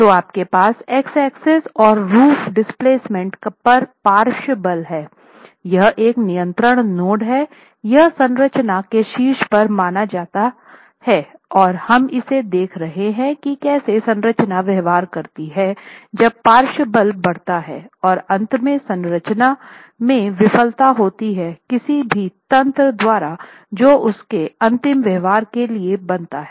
तो आपके पास y एक्सिस और रूफ डिस्प्लेसमेंट पर पार्श्व बल है यह एक नियंत्रण नोड है यह संरचना के शीर्ष पर माना जा रहा है और हम इसे देख रहे हैं की कैसे संरचना व्यवहार करती है जब पार्श्व बल बढ़ता है और अंत में संरचना में विफलता होती है किसी भी तंत्र द्वारा जो उसके अंतिम व्यवहार के लिए बनता है